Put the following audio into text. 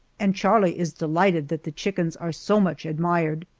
and charlie is delighted that the chickens are so much admired.